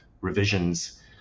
revisions